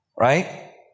right